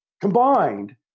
combined